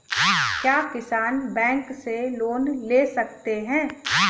क्या किसान बैंक से लोन ले सकते हैं?